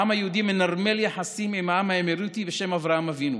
העם היהודי מנרמל יחסים עם העם האמירותי בשם אברהם אבינו.